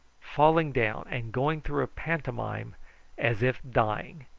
falling down, and going through a pantomime as if dying,